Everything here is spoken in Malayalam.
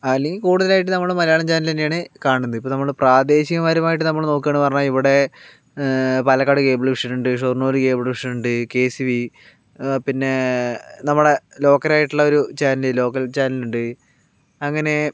അല്ലെങ്കിൽ കൂടുതലായിട്ട് നമ്മള് മലയാളം ചാനൽ തന്നെയാണ് കാണുന്നത് ഇപ്പോൾ നമ്മള് പ്രാദേശികപരമായിട്ട് നമ്മള് നോക്കുകയാണെന്ന് പറഞ്ഞാൽ ഇവിടെ പാലക്കാട് കേബിൾ വിഷൻ ഉണ്ട് ഷൊർണൂർ കേബിൾ വിഷൻ ഉണ്ട് കെ സി വി പിന്നെ നമ്മുടെ ലോക്കൽ ആയിട്ടുള്ള ഒരു ചാനൽ ലോക്കൽ ചാനൽ ഉണ്ട് അങ്ങനെ